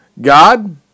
God